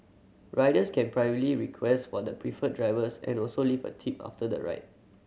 riders can privately request for the preferred drivers and also leave a tip after the ride